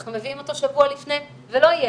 אנחנו מביאים אותו שבוע לפני ולא יהיה